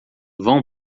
vão